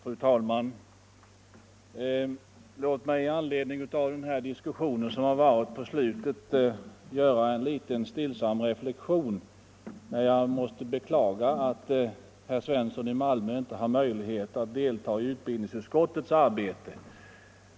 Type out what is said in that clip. Fru talman! Låt mig i anslutning till den diskussion som senast förts göra en stillsam reflexion. Jag måste beklaga att herr Svensson i Malmö inte har möjlighet att delta i utbildningsutskottets arbete.